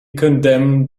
condemned